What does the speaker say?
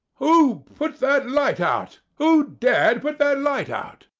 who put that light out? who dared put that light out?